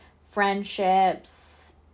friendships